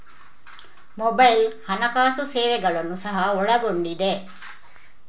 mobile ಹಣಕಾಸು ಸೇವೆಗಳನ್ನು ಸಹ ಒಳಗೊಂಡಿದೆ